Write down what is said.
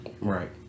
Right